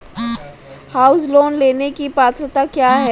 House loan लेने की पात्रता क्या है?